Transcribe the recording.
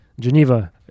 Geneva